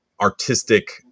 artistic